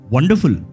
Wonderful